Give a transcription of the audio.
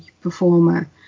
performer